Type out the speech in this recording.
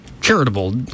charitable